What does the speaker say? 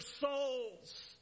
souls